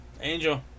Angel